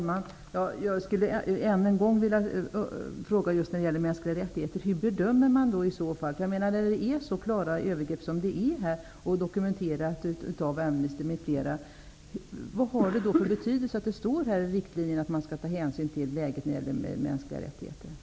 Herr talman! Än en gång skulle jag just när det gäller frågan om mänskliga rättigheter vilja fråga: När det handlar om så klara övergrepp som i det här fallet -- övergreppen är ju dokumenterade av Amnesty m.fl. -- vad har det då för betydelse att det står i riktlinjerna att man skall ta hänsyn till läget när det gäller mänskliga rättigheter?